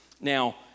Now